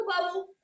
bubble